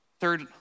Third